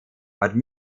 but